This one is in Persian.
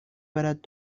برد